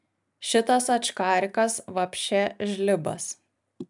šitas ačkarikas vapše žlibas